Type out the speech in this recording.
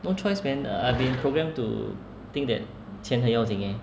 no choice man I've been programmed to think that 钱很要紧 eh